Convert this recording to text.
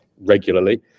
regularly